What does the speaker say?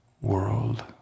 world